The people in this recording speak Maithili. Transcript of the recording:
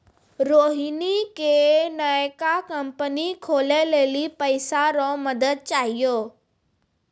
रोहिणी के नयका कंपनी खोलै लेली पैसा रो मदद चाहियो